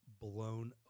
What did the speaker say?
blown